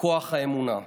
בכוח האמונה.